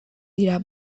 dira